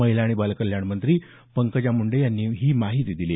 महिला आणि बालकल्याण मंत्री पंकजा मुंडे यांनी ही माहिती दिली